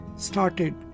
started